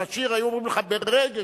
היו אומרים לך שאתה צריך לשיר ברגש.